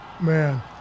Man